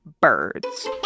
birds